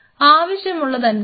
ആവശ്യമുള്ളത് അനുസരിച്ച്